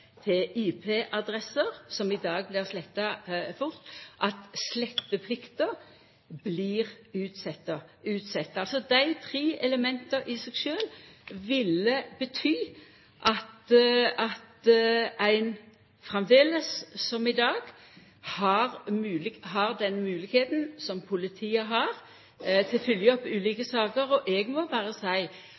til IP-adresser som i dag blir sletta fort, og for det tredje at sletteplikta blir utsett. Dei tre elementa i seg sjølve ville bety at politiet framleis, som i dag, har moglegheit til å følgja opp ulike saker. Eg må berre